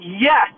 Yes